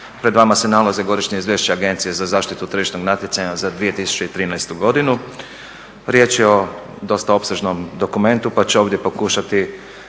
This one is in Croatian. Pred vama se nalazi Godišnje izvješće Agencije za zaštitu tržišnog natjecanja za 2013.godinu. Riječ je o dosta opsežnom dokumentu pa ću ovdje pokušati